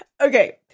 okay